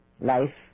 life